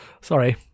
Sorry